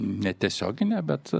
netiesioginė bet